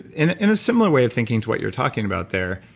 in in a similar way of thinking to what you're talking about there.